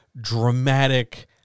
dramatic